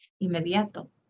inmediato